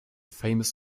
famous